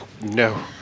no